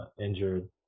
injured